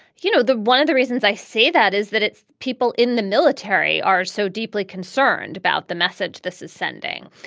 you know, the one of the reasons i say that is that people in the military are so deeply concerned about the message this is sending.